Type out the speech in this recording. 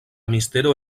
mistero